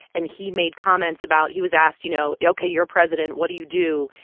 and he made comments about he was asked, you know, ok, you're president what do you do?